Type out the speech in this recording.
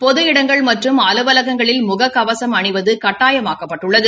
பொது இடங்கள் மற்றும் அலுவலகங்களில் முககவசம் அணிவது கட்டாயமாக்கப்பட்டுள்ளது